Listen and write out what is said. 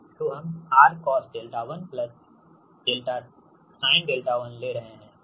तो हम 𝑅cos𝛿1 plus 𝛿sin 𝛿1 ले रहे हैंठीक